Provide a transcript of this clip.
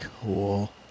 cool